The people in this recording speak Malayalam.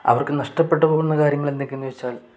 അവർക്ക് നഷ്ടപ്പെട്ടു പോകുന്ന കാര്യങ്ങൾ എന്തൊക്കെയെന്ന് ചോദിച്ചാൽ